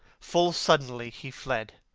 full suddenly he fled.